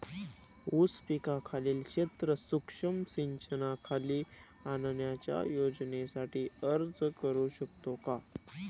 ऊस पिकाखालील क्षेत्र सूक्ष्म सिंचनाखाली आणण्याच्या योजनेसाठी अर्ज करू शकतो का?